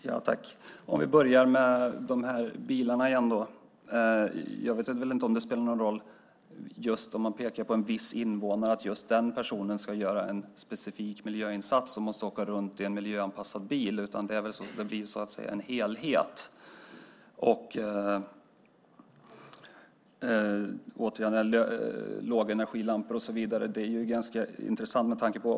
Fru talman! Vi börjar med bilarna igen. Jag vet inte om det spelar någon roll om man pekar på en viss invånare och säger att just den personen ska göra en specifik miljöinsats och måste åka runt i en miljöanpassad bil. Det blir väl så att säga en helhet. När det gäller lågenergilampor och så vidare är det ganska intressant.